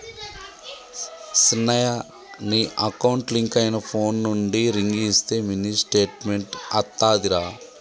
సిన్నయ నీ account link అయిన ఫోన్ నుండి రింగ్ ఇస్తే మినీ స్టేట్మెంట్ అత్తాదిరా